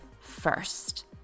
first